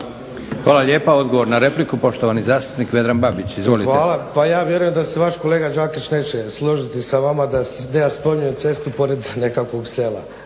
Hvala lijepa. Odgovor na repliku, poštovani zastupnik Vedran Babić. Izvolite. **Babić, Vedran (SDP)** Hvala. Pa ja vjerujem da se vaš kolega Đakić neće složiti sa vama da ja spominjem cestu pored nekakvog sela.